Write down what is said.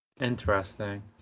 Interesting